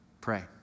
pray